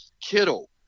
Kittle